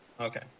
Okay